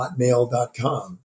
hotmail.com